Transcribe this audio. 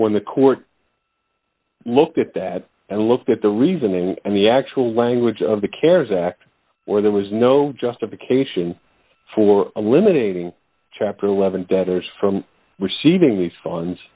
when the court looked at that and looked at the reasoning and the actual language of the cares act or there was no justification for eliminating chapter eleven debtors from receiving these funds